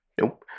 Nope